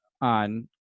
on